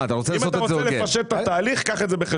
אם אתה רוצה לפשט את התהליך, קח את זה בחשבון.